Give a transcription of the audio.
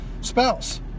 spouse